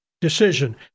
decision